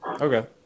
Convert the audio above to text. Okay